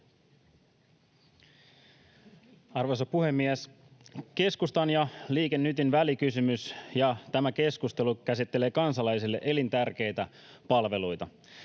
Arvoisa puhemies! Keskustan ja Liike Nytin välikysymys ja tämä keskustelu käsittelee kansalaisille elintärkeitä palveluita.